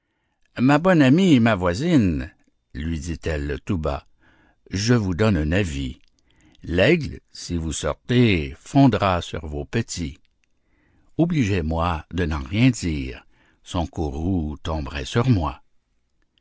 ma bonne amie et ma voisine lui dit-elle tout bas je vous donne un avis l'aigle si vous sortez fondra sur vos petits obligez-moi de n'en rien dire son courroux tomberait sur moi